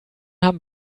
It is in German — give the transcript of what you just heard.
haben